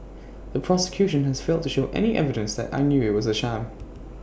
the prosecution has failed to show any evidence that I knew IT was A sham